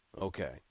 Okay